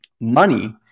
money